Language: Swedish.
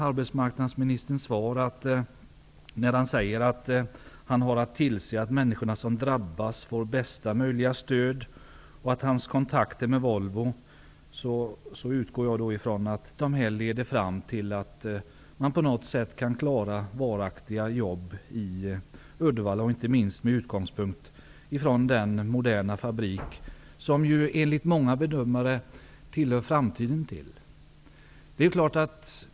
Arbetsmarknadsministern säger i sitt svar att han har att tillse att de människor som drabbas får bästa möjliga stöd och att han har kontakter med Volvo. Jag utgår då ifrån att dessa kontakter leder fram till att man på något sätt kan behålla varaktiga jobb i Uddevalla, inte minst med tanke på den moderna fabrik som ju enligt många bedömare hör framtiden till.